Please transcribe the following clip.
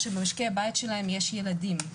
שבמשקי הבית שלהם יש ילדים.